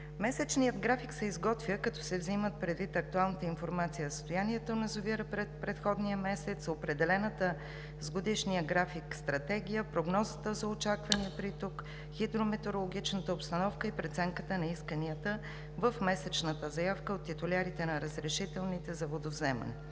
Месечният график се изготвя, като се взимат предвид актуалната информация за състоянието на язовира през предходния месец, определената с годишния график стратегия, прогнозата за очаквания приток, хидрометеорологичната обстановка и преценката на исканията в месечната заявка от титулярите на разрешителните за водовземане.